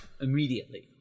immediately